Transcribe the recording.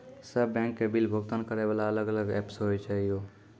सब बैंक के बिल भुगतान करे वाला अलग अलग ऐप्स होय छै यो?